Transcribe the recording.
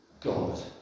God